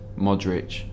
Modric